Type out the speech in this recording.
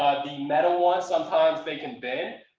the metal ones, sometimes they can bend.